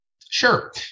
Sure